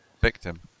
victim